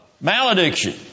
Malediction